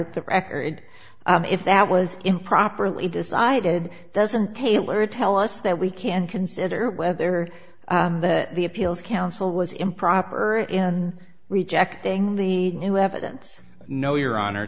of the record if that was improperly decided doesn't taylor tell us that we can consider whether the appeals council was improper in rejecting the new evidence no your honor